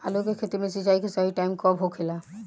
आलू के खेती मे सिंचाई के सही टाइम कब होखे ला?